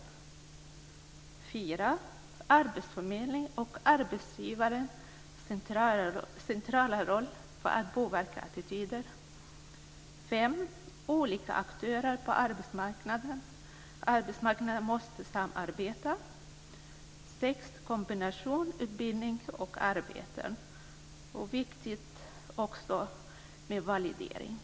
Nummer fyra är arbetsförmedlingens och arbetsgivarens centrala roll för att påverka attityder. Nummer fem är att olika aktörer på arbetsmarknaden måste samarbeta. Nummer sex är kombinationen mellan utbildning och arbete. Nummer sju är validering.